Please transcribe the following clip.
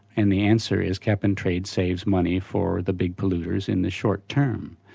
and the answer is, cap and trade saves money for the big polluters in the short term.